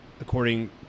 according